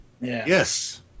Yes